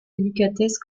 délicatesse